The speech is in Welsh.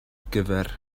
gyfer